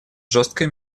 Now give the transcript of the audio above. жесткой